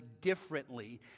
differently